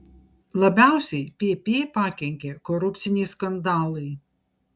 labiausiai pp pakenkė korupciniai skandalai